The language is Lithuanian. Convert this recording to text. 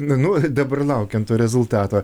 nu dabar laukiam to rezultato